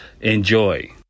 Enjoy